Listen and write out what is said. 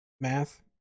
math